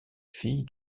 fille